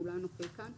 כולן או חלקן,